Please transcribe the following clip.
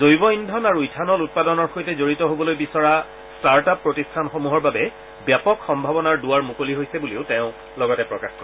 জৈৱ ইন্ধন আৰু ইথানল উৎপাদনৰ সৈতে জড়িত হবলৈ বিচৰা ষ্টাৰ্ট আপ প্ৰতিষ্ঠানসমূহৰ বাবে ব্যাপক সম্ভাৱনাৰ দুৱাৰ মুকলি হৈছে বুলিও তেওঁ লগতে প্ৰকাশ কৰে